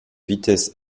vitesse